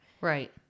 Right